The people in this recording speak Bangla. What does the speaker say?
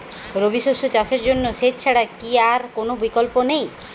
রবি শস্য চাষের জন্য সেচ ছাড়া কি আর কোন বিকল্প নেই?